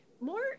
more